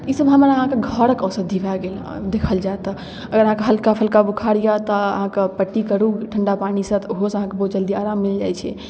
ईसब हमर अहाँके घरके औषधि भऽ गेल देखल जाए तऽ अगर अहाँके हल्का फुल्का बोखार अइ तऽ अहाँके पट्टी करू ठण्डा पानिसँ तऽ ओहोसँ अहाँके बहुत जल्दी आराम मिल जाए छै